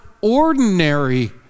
ordinary